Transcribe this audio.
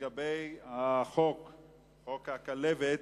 לגבי חוק הכלבת: